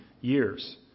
years